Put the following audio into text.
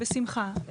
בשמחה.